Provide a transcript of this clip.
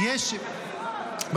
של ערוץ צפון קוריאה.